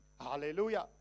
Hallelujah